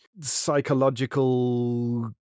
psychological